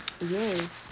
yes